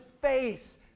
face